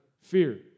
fear